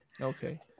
Okay